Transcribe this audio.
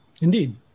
Indeed